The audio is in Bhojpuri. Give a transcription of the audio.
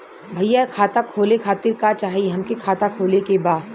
भईया खाता खोले खातिर का चाही हमके खाता खोले के बा?